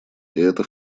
это